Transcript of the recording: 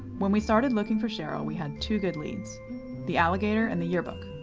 when we started looking for cheryl, we had two good leads the alligator and the yearbook.